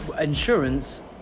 insurance